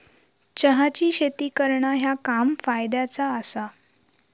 चहाची शेती करणा ह्या काम फायद्याचा आसा